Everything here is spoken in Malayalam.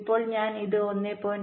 ഇപ്പോൾ ഞാൻ ഇത് 1